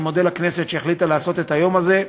אני מודה לכנסת שהחליטה לעשות את היום הזה,